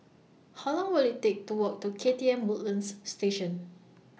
How Long Will IT Take to Walk to K T M Woodlands Station